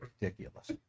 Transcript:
ridiculous